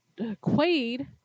Quaid